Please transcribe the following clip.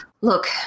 look